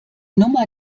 nummer